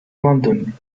london